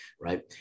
Right